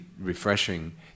refreshing